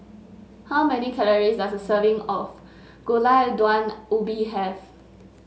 how many calories does a serving of Gulai Daun Ubi have